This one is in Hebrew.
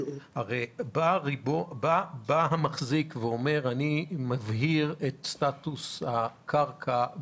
בא המחזיק ואומר שהוא מבהיר את סטטוס הקרקע,